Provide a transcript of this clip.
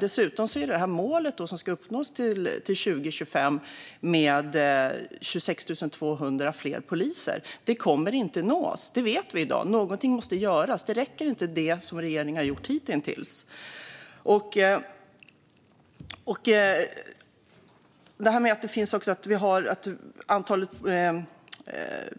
Dessutom har vi det mål om 26 200 fler poliser som ska uppnås till 2025. Det kommer inte att nås; det vet vi i dag. Någonting måste göras. Det som regeringen har gjort hittills räcker inte. Det finns ett stort antal tomma